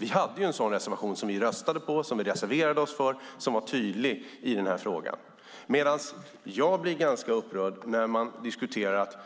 Vi hade en sådan reservation som vi röstade för - vi reserverade oss för detta. Den var tydlig i den här frågan. Jag blir ganska upprörd när man säger att